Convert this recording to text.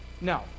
No